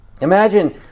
Imagine